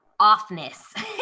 offness